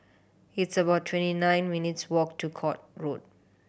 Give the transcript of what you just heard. it's about twenty nine minutes' walk to Court Road